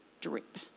drip